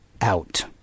out